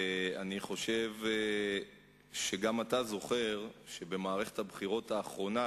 ואני חושב שגם אתה זוכר שבמערכת הבחירות האחרונה